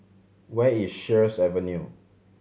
where is Sheares Avenue